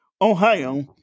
Ohio